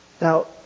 Now